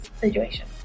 situation